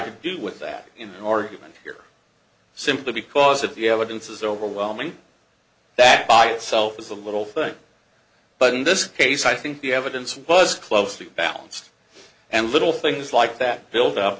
could do with that argument here simply because if the evidence is overwhelming that by itself is a little thing but in this case i think the evidence was close to balanced and little things like that build up